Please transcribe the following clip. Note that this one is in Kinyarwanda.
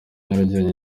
nyarugenge